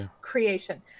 creation